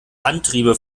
antriebe